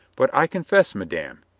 but i confess, madame,